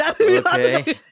okay